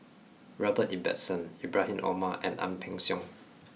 Robert Ibbetson Ibrahim Omar and Ang Peng Siong